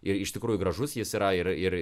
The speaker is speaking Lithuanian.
ir iš tikrųjų gražus jis yra ir ir